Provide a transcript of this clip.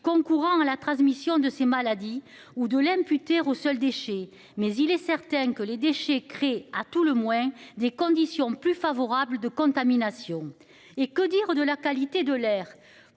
concourant à la transmission de ces maladies ou de l'imputer au seul déchet mais il est certain que les déchets créés à tout le moins, des conditions plus favorables de contamination. Et que dire de la qualité de l'air.